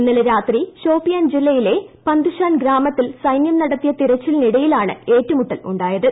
ഇന്നലെ രാത്രി ഷോപ്പിയാൻ ജില്ലയിലെ പന്ദുഷാൻ ഗ്രാമത്തിൽ സൈന്യം നടത്തിയ തിരിച്ചിലിനിടെയാണ് ഏറ്റുമുട്ടൽ ഉണ്ടായത്